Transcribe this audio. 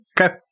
Okay